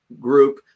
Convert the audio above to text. group